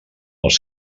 als